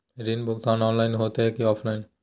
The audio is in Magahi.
ऋण भुगतान ऑनलाइन होते की ऑफलाइन?